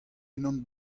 unan